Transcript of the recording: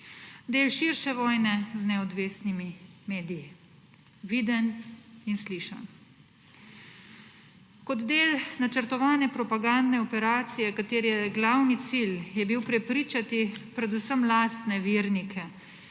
Del širše vojne z neodvisnimi mediji viden in slišan. Kot del načrtovane propagandne operacije, kateri glavni cilj je bil prepričati predvsem lastne vernike